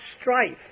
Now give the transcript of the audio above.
strife